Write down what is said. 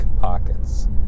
pockets